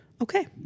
Okay